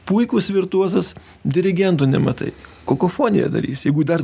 puikus virtuozas dirigento nematai kakofoniją darys jeigu dar